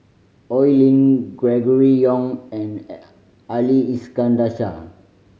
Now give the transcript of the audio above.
Oi Lin Gregory Yong and Ali Iskandar Shah